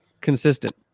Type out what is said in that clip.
consistent